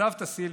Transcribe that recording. מסבתא סילבה,